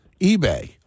eBay